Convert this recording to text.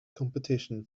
competition